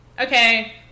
Okay